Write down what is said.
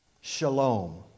shalom